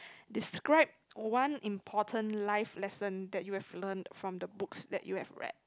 describe one important life lesson that you have learn from the books that you have read